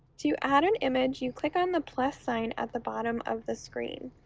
to add an image you click on the plus sign at the bottom of the screen.